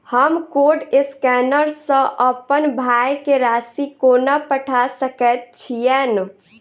हम code scanner सँ अप्पन भाय केँ राशि कोना पठा सकैत छियैन?